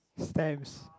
stamps